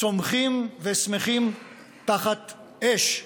צומחים ושמחים תחת אש.